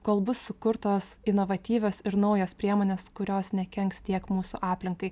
kol bus sukurtos inovatyvios ir naujos priemonės kurios nekenks tiek mūsų aplinkai